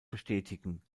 bestätigen